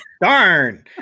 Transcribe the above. darn